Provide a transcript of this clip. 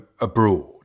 abroad